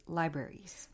libraries